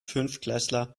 fünftklässler